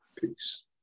Peace